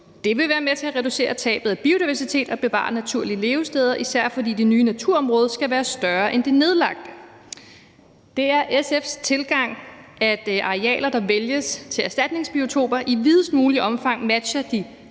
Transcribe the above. Det vil være med til at reducere tabet af biodiversitet og bevare naturlige levesteder, især fordi det nye naturområde skal være større end det nedlagte. Det er SF's tilgang, at arealer, der vælges til erstatningsbiotoper i videst muligt omfang skal matche de